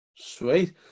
Sweet